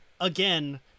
again